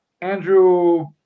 Andrew